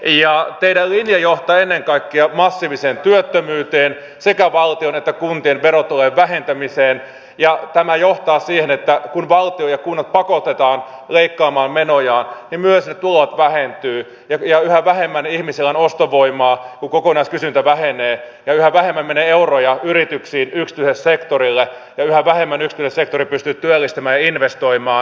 teidän linjanne johtaa ennen kaikkea massiiviseen työttömyyteen ja sekä valtion että kuntien verotulojen vähentämiseen ja tämä johtaa siihen että kun valtio ja kunnat pakotetaan leikkaamaan menojaan niin myös ne tulot vähentyvät ja yhä vähemmän ihmisillä on ostovoimaa kun kokonaiskysyntä vähenee ja yhä vähemmän menee euroja yrityksiin yksityiselle sektorille ja yhä vähemmän yksityinen sektori pystyy työllistämään ja investoimaan